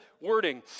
wording